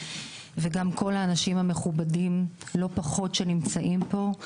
וגם כל האנשים המכובדים לא פחות שנמצאים פה.